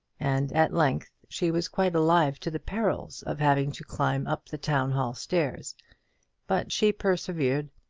and at length she was quite alive to the perils of having to climb up the town-hall stairs but she persevered,